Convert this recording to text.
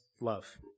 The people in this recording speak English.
love